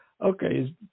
okay